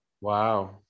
Wow